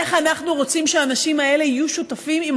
איך אנחנו רוצים שאנשים האלה יהיו שותפים אם